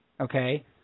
Okay